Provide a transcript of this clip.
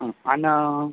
हा अन्